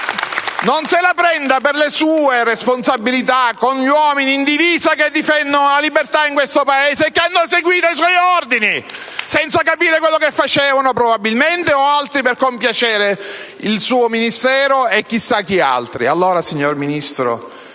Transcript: Ministro, per le sue responsabilità, con gli uomini in divisa che difendono la libertà in questo Paese e che hanno seguito i suoi ordini, probabilmente senza capire quello che facevano o per compiacere il suo Ministero e chissà chi altri.